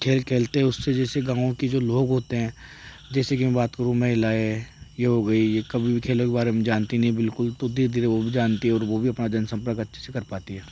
खेल खेलते है उससे जैसे गाँव के जो लोग होते है जैसे कि बात करूँ महिलाएं ये हो गई ये कभी खेलों के बारे में जानती नहीं बिल्कुल तो धीरे धीरे वो भी जानती है और वो जन संपर्क अच्छे से कर पाती हैं